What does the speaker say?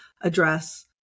address